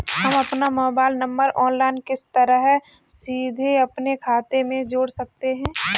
हम अपना mobile number online किस तरह सीधे अपने खाते में जोड़ सकते हैं?